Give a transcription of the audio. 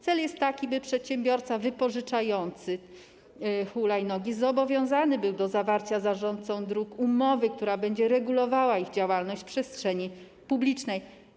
Cel jest taki, by przedsiębiorca wypożyczający hulajnogi zobowiązany był do zawarcia z zarządcą dróg umowy, która będzie regulowała ich działalność w przestrzeni publicznej.